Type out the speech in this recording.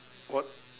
what